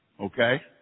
okay